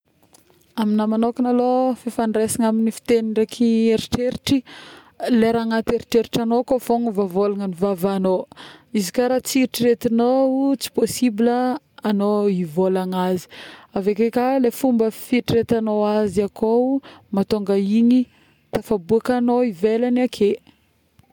amigna magnokagna alô fifandraisagna amin'ny fitegny ndraiky eritreritry, le raha agnaty eritreritry agnao fô voavolagn'ny vavagnao, izy ka ra tsy iretrireignao tsy possible agnao ivolagna azy avike ka le fomba fieritreretagnao azy akao no mahaonga igny tafaboakagnao ivelagny ake